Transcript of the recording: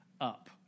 up